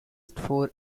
for